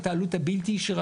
את העלות הבלתי ישירה,